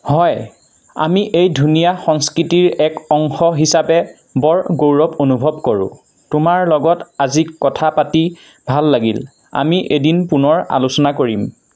হয় আমি এই ধুনীয়া সংস্কৃতিৰ এক অংশ হিচাপে বৰ গৌৰৱ অনুভৱ কৰোঁ তোমাৰ লগত আজি কথা পাতি ভাল লাগিল আমি এদিন পুনৰ আলোচনা কৰিম